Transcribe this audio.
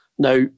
Now